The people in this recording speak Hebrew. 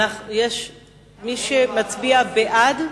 מי שמצביע בעד,